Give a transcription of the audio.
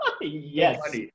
Yes